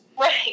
Right